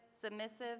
submissive